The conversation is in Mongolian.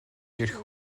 ирэх